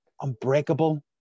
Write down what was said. Unbreakable